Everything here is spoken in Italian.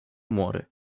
muore